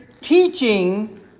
teaching